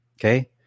Okay